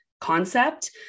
concept